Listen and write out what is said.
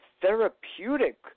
therapeutic